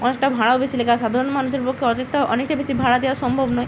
অনেকটা ভাড়াও বেশি লাগে আর সাধারণ মানুষের পক্ষে অনেকটা বেশি ভাড়া দেওয়া সম্ভব নয়